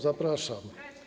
Zapraszam.